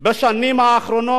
בשנים האחרונות